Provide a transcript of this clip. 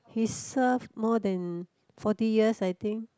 he serve more than forty years I think